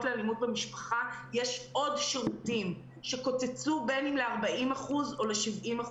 לאלימות במשפחה יש עוד שירותים שקוצצו בין אם ל-40% או ל-70%.